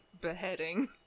beheading